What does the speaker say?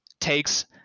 takes